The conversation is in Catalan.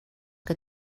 que